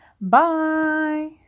bye